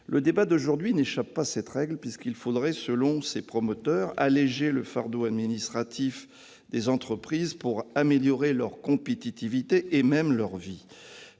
Le débat de ce matin n'échappe pas à cette règle, puisqu'il faudrait, selon ses initiateurs, alléger le fardeau administratif des entreprises pour améliorer la compétitivité de celles-ci,